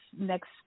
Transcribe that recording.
next